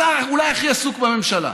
השר אולי הכי עסוק בממשלה: